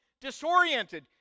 disoriented